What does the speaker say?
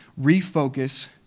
refocus